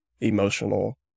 emotional